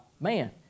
man